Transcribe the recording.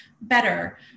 better